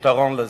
פתרון לזה.